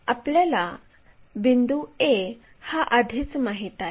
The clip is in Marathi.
आपल्याला बिंदू a हा आधीच माहित आहे